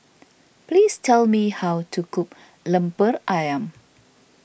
please tell me how to cook Lemper Ayam